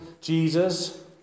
Jesus